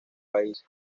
país